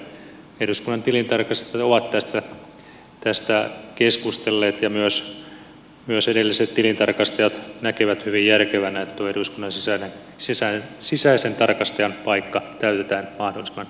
eduskunnan tilintarkastajat ovat tästä keskustelleet ja myös edelliset tilintarkastajat näkivät hyvin järkevänä että tuo eduskunnan sisäisen tarkastajan paikka löytää aidosti